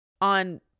on